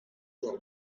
drill